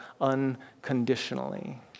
unconditionally